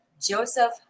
Joseph